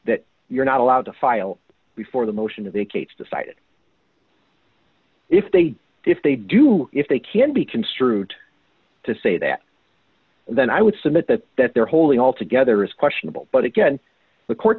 that you're not allowed to file before the motion of a case decided if they if they do if they can be construed to say that then i would submit that that their holy altogether is questionable but again the court